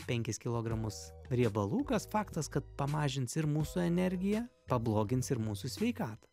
penkis kilogramus riebalų kas faktas kad pamažins ir mūsų energiją pablogins ir mūsų sveikatą